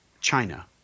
China